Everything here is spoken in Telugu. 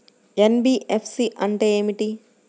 ఎన్.బీ.ఎఫ్.సి అంటే ఏమిటి?